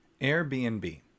Airbnb